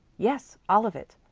yes, all of it.